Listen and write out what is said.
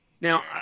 Now